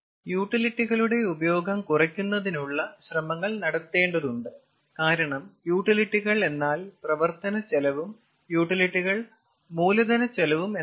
യൂട്ടിലിറ്റികളുടെ ഉപയോഗം കുറയ്ക്കുന്നതിനുള്ള ശ്രമങ്ങൾ നടക്കേണ്ടതുണ്ട് കാരണം യൂട്ടിലിറ്റികൾ എന്നാൽ പ്രവർത്തനച്ചെലവും യൂട്ടിലിറ്റികൾ മൂലധനച്ചെലവും എന്നാണ്